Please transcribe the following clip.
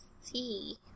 see